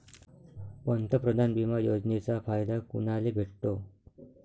पंतप्रधान बिमा योजनेचा फायदा कुनाले भेटतो?